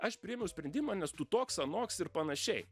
aš priėmiau sprendimą nes tu toks anoks ir panašiai